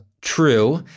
true